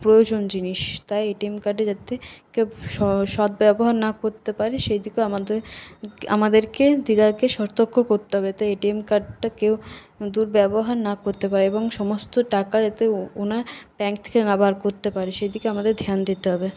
প্রয়োজন জিনিস তাই এটিএম কার্ডে যাতে কেউ সদ্ব্যবহার না করতে পারে সেদিকেও আমাদের আমাদেরকে দিদাকে সতর্ক করতে হবে তার এটিএম কার্ডটা কেউ দুর্ব্যবহার না করতে পারে এবং সমস্ত টাকা যাতে ও ওনার ব্যাংক থেকে না বার করতে পারে সেদিকে আমাদের ধ্যান দিতে হবে